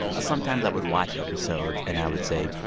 ah sometimes i would watch episodes, and i would say,